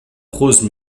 prose